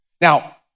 Now